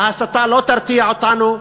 ההסתה לא תרתיע אותנו.